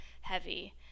heavy